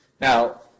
Now